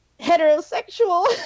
heterosexual